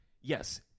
yes